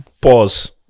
pause